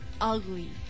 ugly